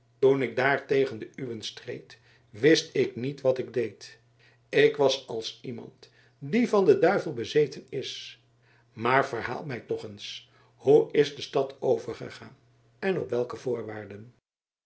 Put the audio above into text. toen ik daar tegen de uwen streed wist ik niet wat ik deed ik was als iemand die van den duivel bezeten is maar verhaal mij toch eens hoe is de stad overgegaan en op welke voorwaarden